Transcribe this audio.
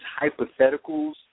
hypotheticals